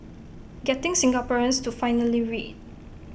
getting Singaporeans to finally read